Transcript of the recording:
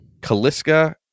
Kaliska